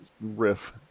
riff